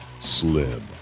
slim